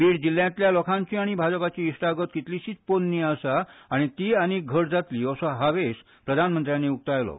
बीड जिल्ल्यांतल्या लोकांची आनी भाजपाची इश्टागत कितलीशीच पोरणी आसा आनी ती आनीक घट जातली असो हावेश प्रधानमंत्र्यान उकतायलो